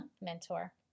mentor